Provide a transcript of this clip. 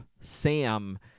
Sam